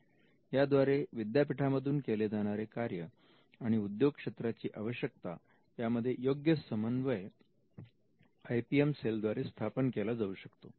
याद्वारे विद्यापीठांमधून केले जाणारे कार्य आणि उद्योग क्षेत्राची आवश्यकता यामध्ये योग्य समन्वय आय पी एम सेल द्वारे स्थापन केला जाऊ शकतो